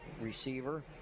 receiver